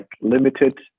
limited